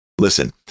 Listen